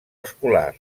escolar